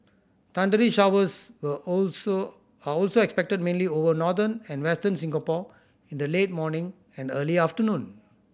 thundery showers will also are also expected mainly over northern and Western Singapore in the late morning and early afternoon